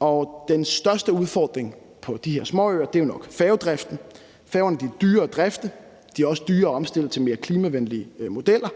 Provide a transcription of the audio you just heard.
og den største udfordring på de her småøer er nok færgedriften. Færgerne er dyre at drifte, og de er også dyre at omstille til mere klimavenlige modeller.